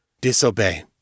Disobey